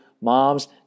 moms